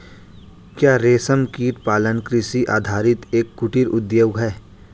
क्या रेशमकीट पालन कृषि आधारित एक कुटीर उद्योग है?